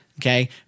Okay